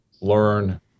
learn